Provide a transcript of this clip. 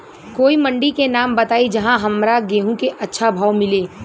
कोई मंडी के नाम बताई जहां हमरा गेहूं के अच्छा भाव मिले?